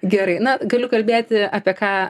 gerai na galiu kalbėti apie ką